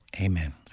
Amen